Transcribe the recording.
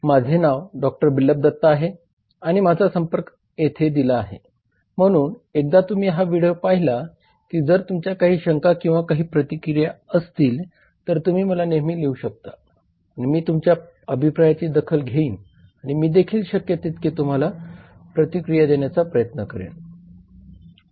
माझे नाव डॉ बिप्लब दत्ता आहे आणि माझा संपर्क येथे दिला आहे म्हणून एकदा तुम्ही हा व्हिडिओ पाहिला की जर तुमच्या काही शंका किंवा काही प्रतिक्रिया असतील तर तुम्ही मला नेहमी लिहू शकता आणि मी तुमच्या अभिप्रायाची दखल घेईन आणि मी देखील शक्य तितके तुम्हाला प्रतिक्रया देण्याचा प्रयत्न करेन